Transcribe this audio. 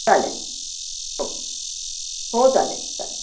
चालेल हो हो चालेल चालेल